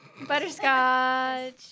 Butterscotch